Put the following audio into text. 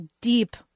deep